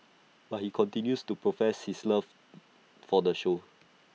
but he continues to profess his love for the show